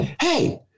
hey